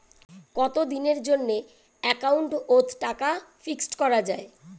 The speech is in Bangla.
কতদিনের জন্যে একাউন্ট ওত টাকা ফিক্সড করা যায়?